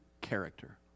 character